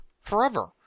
forever